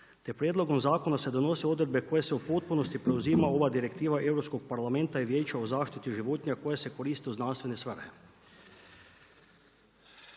te prijedlogom zakona se donose odredbe koje se u potpunosti preuzima ova direktiva Europskog parlamenta i Vijeća o zaštiti životinja koje se koriste u znanstvene svrhe.